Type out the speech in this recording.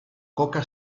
coca